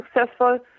successful